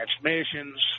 transmissions